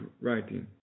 writing